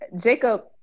jacob